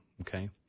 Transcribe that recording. okay